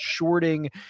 shorting